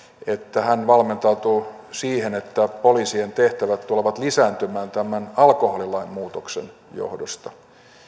että hän valmentautuu siihen että poliisien tehtävät tulevat lisääntymään tämän alkoholilain muutoksen johdosta